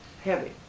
heavy